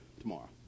tomorrow